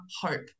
hope